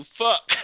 fuck